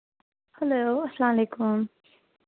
hello اسلام علیکُم